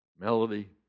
Melody